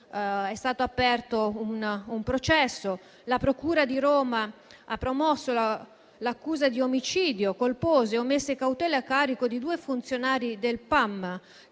la procura di Roma ha promosso l'accusa di omicidio colposo e omesse cautele a carico di due funzionari del PAM